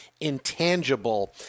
intangible